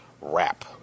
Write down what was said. wrap